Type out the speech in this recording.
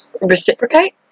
reciprocate